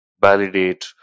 validate